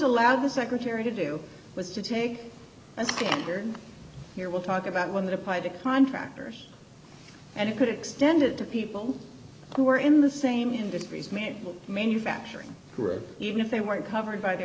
allowed the secretary to do was to take a standard here we'll talk about when that applied to contractors and it could extend it to people who are in the same industries manful manufacturing group even if they weren't covered by the